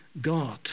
God